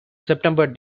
september